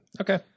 Okay